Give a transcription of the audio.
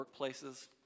workplaces